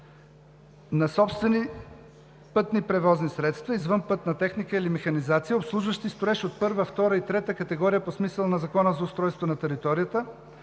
на собствени пътни превозни средства, извънпътна техника или механизация, обслужващи строеж от първа, втора и трета категория по смисъла на Закона за устройство на територията,